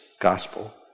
gospel